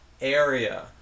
area